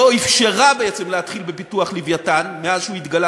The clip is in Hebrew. לא אפשרה בעצם להתחיל בפיתוח "לווייתן" מאז התגלה,